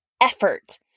effort